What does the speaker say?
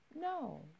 no